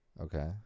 Okay